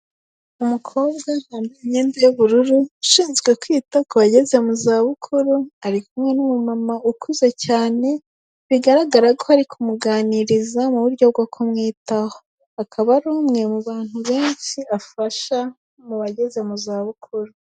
Umukobwa wambaye imyenda y'ubururu, ushinzwe kwita ku bageze mu zabukuru, ari kumwe n'umumama ukuze cyane bigaragara ko ari kumuganiriza mu buryo bwo kumwitaho, akaba ari umwe mu bantu benshi afasha mu bageze mu zabukuru.